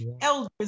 elders